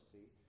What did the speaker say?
See